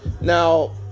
Now